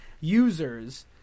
users